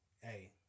hey